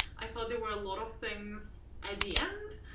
i thought there were a lot of things at the end.